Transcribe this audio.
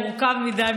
מורכב מדי,